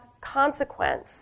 consequence